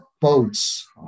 boats